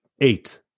Eight